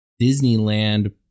Disneyland